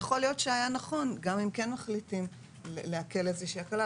ויכול להיות שהיה נכון גם אם כן מחליטים להקל איזושהי הקלה,